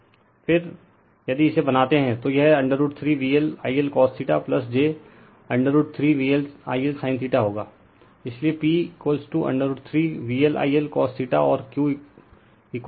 फिर refer time 1824 यदि इसे बनाते हैं तो यह √ 3 VLI Lcos j √ 3VLI Lsin होगा